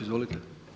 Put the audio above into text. Izvolite.